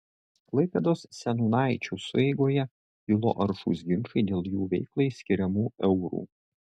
klaipėdos seniūnaičių sueigoje kilo aršūs ginčai dėl jų veiklai skiriamų eurų